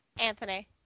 Anthony